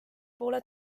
poole